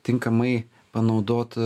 tinkamai panaudot